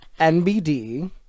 NBD